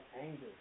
anger